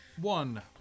One